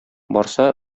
барса